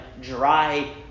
dry